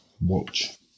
watch